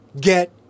get